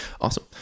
Awesome